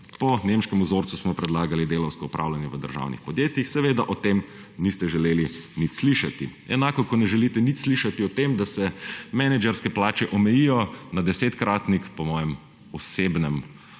po nemškem vzoru smo predlagali delavsko upravljanje v državnih podjetjih. Seveda o tem niste želeli nič slišati. Enako, kot ne želite nič slišati o tem, da se menedžerske plače omejijo na desetkratnik, po svoji osebni preferenci